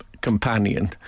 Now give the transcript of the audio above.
companion